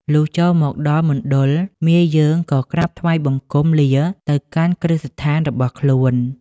លុះចូលមកដល់មណ្ឌល មាយើងក៏ក្រាបថ្វាយបង្គំលាទៅកាន់គ្រឹះស្ថានរបស់ខ្លួន។